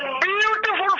beautiful